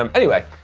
um anyway,